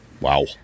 Wow